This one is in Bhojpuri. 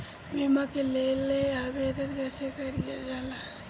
बीमा के लेल आवेदन कैसे कयील जाइ?